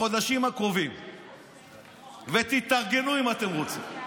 בחודשים הקרובים, ותתארגנו, אם אתם רוצים.